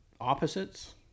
opposites